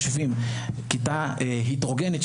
כיתה הטרוגנית,